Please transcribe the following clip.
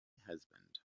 husband